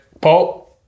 Paul